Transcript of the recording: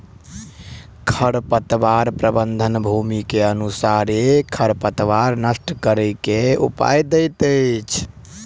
खरपतवार प्रबंधन, भूमि के अनुसारे खरपतवार नष्ट करै के उपाय दैत अछि